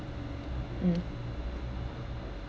um